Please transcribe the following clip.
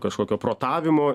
kažkokio protavimo